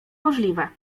możliwe